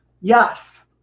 Yes